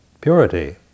purity